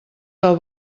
del